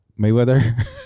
Mayweather